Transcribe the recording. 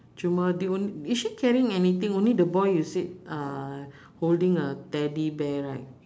cuma the on~ is she carrying anything only the boy you said uh holding a teddy bear right